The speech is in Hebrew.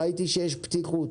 ראיתי שיש פתיחות.